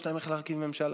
יש להם איך להרכיב ממשלה,